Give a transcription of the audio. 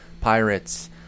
Pirates